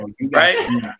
Right